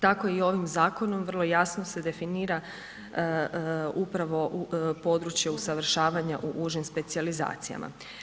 Tako i ovim zakonom vrlo jasno se definira upravo u područje usavršavanja u užim specijalizacijama.